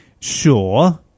Sure